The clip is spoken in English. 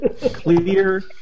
clear